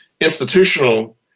institutional